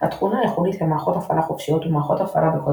התכונה הייחודית למערכות הפעלה חופשיות ומערכות הפעלה בקוד